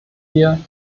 wir